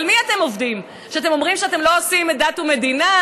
על מי אתם עובדים כשאתם אומרים שאתם לא עושים דת ומדינה,